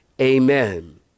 Amen